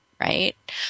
right